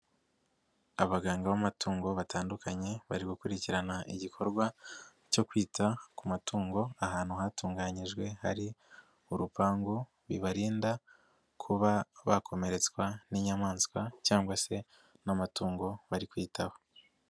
Abaganga b'amatungo batandukanye, bari gukurikirana igikorwa cyo kwita ku matungo ahantu hatunganyijwe hari urupangu, bibarinda kuba bakomeretswa n'inyamaswa cyangwa se n'amatungo bari kwitaho.